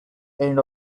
end